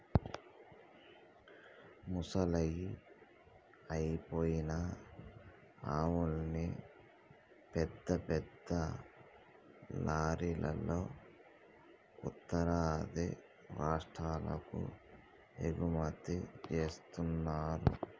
ముసలయ్యి అయిపోయిన ఆవుల్ని పెద్ద పెద్ద లారీలల్లో ఉత్తరాది రాష్టాలకు ఎగుమతి జేత్తన్నరు